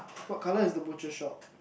what colour is the butcher shop